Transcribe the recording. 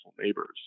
neighbors